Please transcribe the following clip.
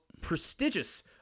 prestigious